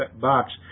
box